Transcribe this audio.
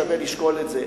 שווה לשקול את זה,